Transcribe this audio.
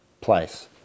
place